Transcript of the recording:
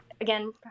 Again